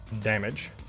damage